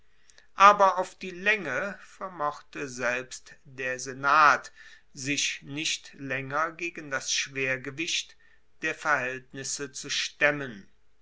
aber auf die laenge vermochte selbst der senat sich nicht laenger gegen das schwergewicht der verhaeltnisse zu stemmen